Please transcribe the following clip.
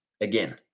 again